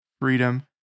freedom